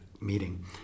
meeting